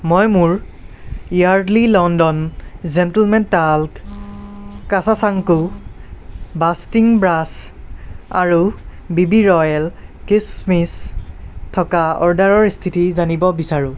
মই মোৰ Yardley London gentleman talc কাছাচাংকো বাষ্টিং ব্ৰাছ আৰু বিবি ৰ'য়েল কিচমিচ থকা অৰ্ডাৰৰ স্থিতি জানিব বিচাৰোঁ